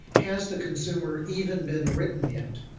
has the consumer even been written yet?